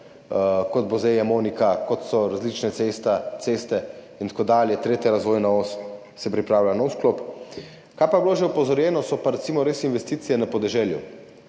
kot bo zdaj Emonika, kot so različne ceste in tako dalje, tretja razvojna os, pripravlja se nov sklop. Kar pa je bilo že opozorjeno, so pa recimo res investicije na podeželju.